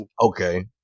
Okay